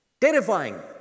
Terrifying